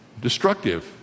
destructive